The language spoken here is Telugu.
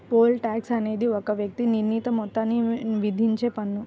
పోల్ టాక్స్ అనేది ఒక వ్యక్తికి నిర్ణీత మొత్తాన్ని విధించే పన్ను